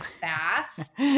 fast